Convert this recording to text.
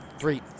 Three